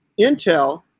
intel